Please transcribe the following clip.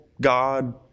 God